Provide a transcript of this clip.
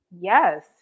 Yes